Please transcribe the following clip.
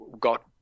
got